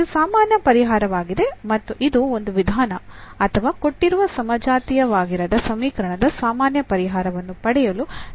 ಇದು ಸಾಮಾನ್ಯ ಪರಿಹಾರವಾಗಿದೆ ಮತ್ತು ಇದು ಒಂದು ವಿಧಾನ ಅಥವಾ ಕೊಟ್ಟಿರುವ ಸಮಜಾತೀಯವಾಗಿರದ ಸಮೀಕರಣದ ಸಾಮಾನ್ಯ ಪರಿಹಾರವನ್ನು ಪಡೆಯಲು ಸುಲಭವಾದ ವಿಧಾನವಾಗಿದೆ